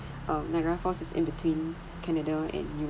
uh niagara falls is in between canada and U_S